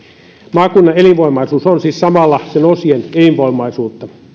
maakunnan elinvoimaisuus on siis samalla sen osien elinvoimaisuutta